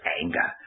anger